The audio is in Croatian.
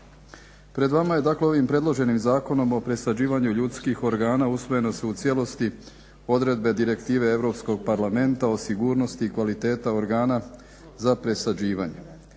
Pred vama je dakle ovim predloženim Zakonom o presađivanju ljudskih organa usvojilo se u cijelosti odredbe Direktive Europskog parlamenta o sigurnosti i kvaliteta organa za presađivanje.